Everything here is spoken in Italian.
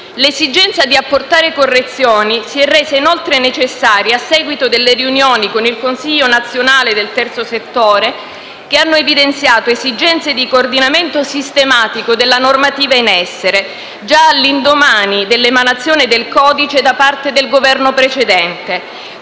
L'esigenza di apportare correzioni si è resa inoltre necessaria a seguito delle riunioni con il Consiglio nazionale del terzo settore che hanno evidenziato esigenze di coordinamento sistematico della normativa in essere già all'indomani dell'emanazione del codice da parte del Governo precedente,